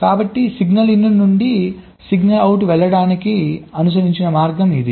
కాబట్టి signal in నుండి signal out వెళ్ళడానికి అనుసరించిన మార్గం ఇది